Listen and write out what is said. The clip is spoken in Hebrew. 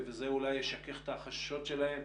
וזה אולי ישכך את החששות שלהם,